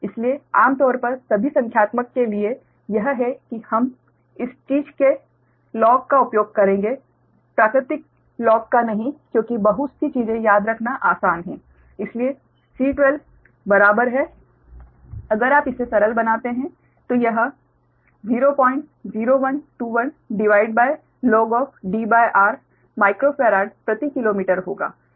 इसलिए आम तौर पर सभी संख्यात्मक के लिए यह है कि हम इस चीज के लॉग का उपयोग करेंगे प्राकृतिक लॉग का नहीं क्योंकि बहुत सी बातें याद रखना आसान है इसलिए C12 बराबर है अगर आप इसे सरल बनाते हैं तो यह 00121log Dr माइक्रोफेराड प्रति किलोमीटर होगा